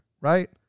right